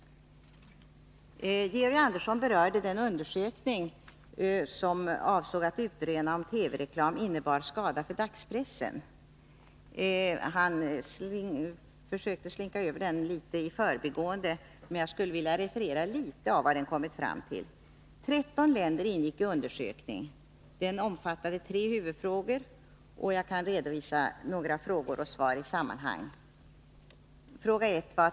Georg Andersson berörde den undersökning som avsåg att utröna om TV-reklam innebär skada för dagspressen. Han försökte slinka över den litet i förbigående. Men jag skulle vilja referera litet av vad den har kommit fram till. 13 länder ingick i undersökningen. Den omfattade tre huvudfrågor, och jag vill redovisa frågorna och svaren i sammandrag. 1.